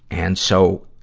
and so,